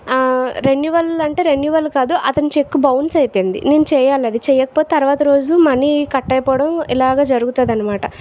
renewal అంటే renewal కాదు అతను చెక్ బౌన్స్ అయిపోయింది నేను చేయాలి అది చెయ్యకపోతే తర్వాత రోజు మనీ కట్ అయిపోవడం ఇలాగ జరుగుతుంది అనమాట